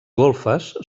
golfes